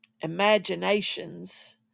imaginations